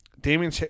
Damian